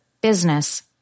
business